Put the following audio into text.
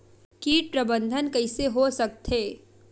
कीट प्रबंधन कइसे हो सकथे?